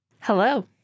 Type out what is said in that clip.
Hello